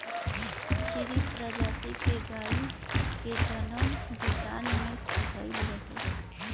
सीरी प्रजाति के गाई के जनम भूटान में भइल रहे